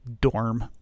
dorm